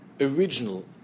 original